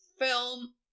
film